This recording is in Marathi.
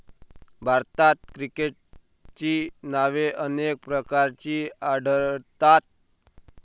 भारतात केटोची नावे अनेक प्रकारची आढळतात